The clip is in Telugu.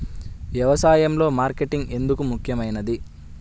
వ్యసాయంలో మార్కెటింగ్ ఎందుకు ముఖ్యమైనది?